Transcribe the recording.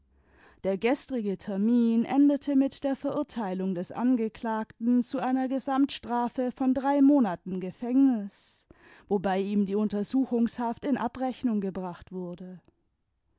der gestrige termin endete mit der verurteilung des angeklagten zu einer gesamtstrafe von drei monaten gefängnis wobei ihm die untersuchungshaft in abrechnung gebracht wurde